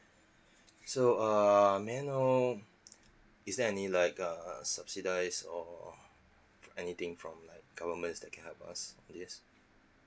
so err may I know is there any like a subsidise or anything from like government that can help us with this